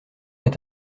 est